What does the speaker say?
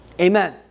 Amen